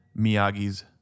Miyagi's